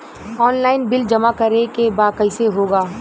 Online bill जमा करे के बा कईसे होगा?